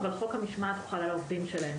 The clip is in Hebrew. אבל חוק המשמעת חל על העובדים שלהם.